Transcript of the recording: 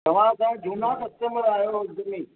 तव्हां असांजा झूना कस्टमर आहियो अॻि में ई